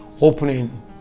opening